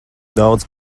daudz